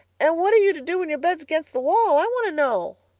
and what are you to do when your bed's against the wall? i want to know.